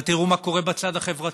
אבל תראו מה קורה בצד החברתי: